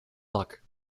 luck